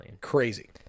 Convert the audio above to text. Crazy